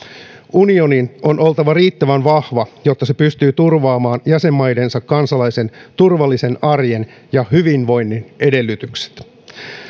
unionin on oltava riittävän vahva jotta se pystyy turvaamaan jäsenmaidensa kansalaisten turvallisen arjen ja hyvinvoinnin edellytykset